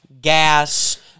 gas